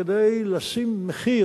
כדי לשים מחיר,